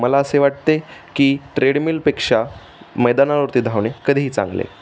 मला असे वाटते की ट्रेडमिलपेक्षा मैदानावरती धावणे कधीही चांगले